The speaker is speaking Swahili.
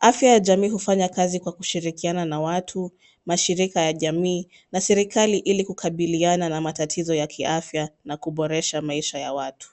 Afya ya jamii hufanya kazi kwa kushirikiana na watu, mashirika ya jamii na serikali ili kukabiliana na matatizo ya kiafya na kuboresha maisha ya watu.